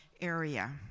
area